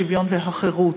השוויון והחירות.